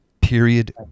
period